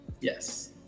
Yes